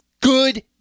good